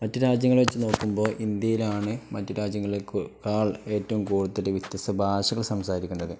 മറ്റു രാജ്യങ്ങള വച്ചു നോക്കുമ്പോൾ ഇന്ത്യയിലാണ് മറ്റു രാജ്യങ്ങളേക്കാൾ ഏറ്റവും കൂടുതൽ വ്യത്യസ്ത ഭാഷകൾ സംസാരിക്കുന്നത്